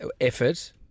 effort